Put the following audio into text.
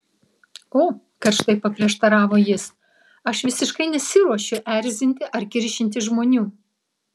o karštai paprieštaravo jis aš visiškai nesiruošiu erzinti ar kiršinti žmonių